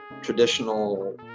traditional